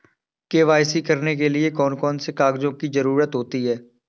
KYC करने के लिए कौन कौन से कागजों की जरूरत होती है?